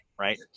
right